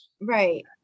right